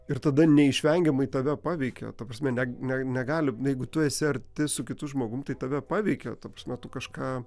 ir tada neišvengiamai tave paveikia ta prasme ne ne negali jeigu tu esi arti su kitu žmogum tai tave paveikia ta prasme tu kažką